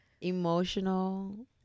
emotional